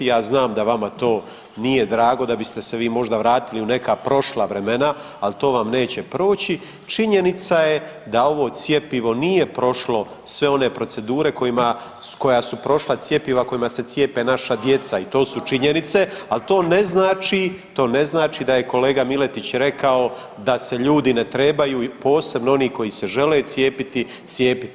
Ja znam da vama to nije drago da biste se vi možda vratili u neka prošla vremena, al to vam neće proći, činjenica je da ovo cjepivo nije prošlo sve one procedure koja su prošla cjepiva kojima se cijepe naša djeca i to su činjenice, al to ne znači, to ne znači da je kolega Miletić rekao da se ljudi ne trebaju, posebno oni koji se žele cijepiti cijepiti.